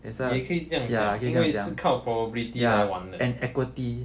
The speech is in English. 也可以这样讲因为是靠 probability 来玩的